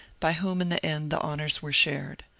by whom in the end the honours were shared.